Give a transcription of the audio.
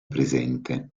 presente